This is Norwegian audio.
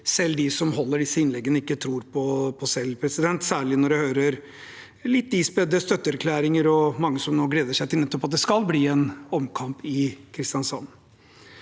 selv dem som holder disse innleggene, ikke tror på selv, særlig når jeg hører litt ispedde støtteerklæringer og mange som nå gleder seg nettopp til at det skal bli en omkamp i Kristiansand.